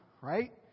right